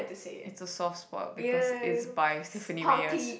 it's a soft spot because it's by Stephenie-Meyer's